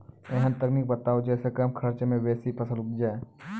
ऐहन तकनीक बताऊ जै सऽ कम खर्च मे बेसी फसल उपजे?